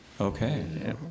Okay